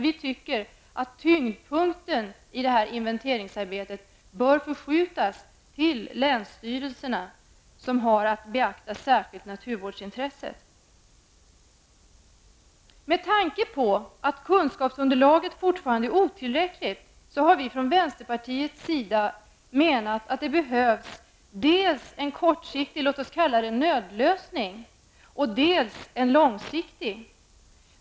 Vi anser att tyngdpunkten i inventeringsarbetet bör förskjutas till länsstyrelserna, som särskilt har att beakta naturvårdsintresset. Med tanke på att kunskapsunderlaget fortfarande är otillräckligt menar vi från vänsterpartiets sida att det behövs dels en kortsiktig, låt oss kalla det så, nödlösning, dels en långsiktig lösning.